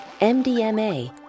MDMA